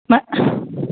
मां